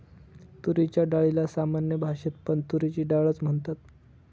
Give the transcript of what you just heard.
तुरीच्या डाळीला सामान्य भाषेत पण तुरीची डाळ च म्हणतात